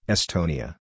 Estonia